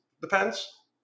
Depends